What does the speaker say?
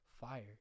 fire